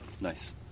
Nice